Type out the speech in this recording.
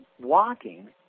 walking